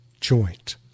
joint